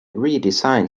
redesigned